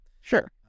Sure